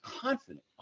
confident